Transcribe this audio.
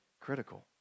critical